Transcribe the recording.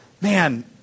man